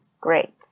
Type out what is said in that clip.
great